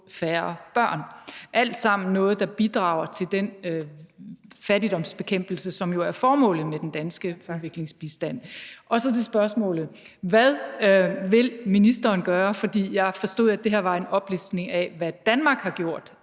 færre børn. Det er alt sammen noget, der bidrager til den fattigdomsbekæmpelse, som jo er formålet med den danske udviklingsbistand. Så til spørgsmålet: Hvad vil ministeren gøre? Jeg forstod, at det her var en oplistning af, hvad Danmark har gjort